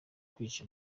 kwica